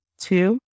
Two